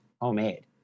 homemade